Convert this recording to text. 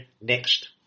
next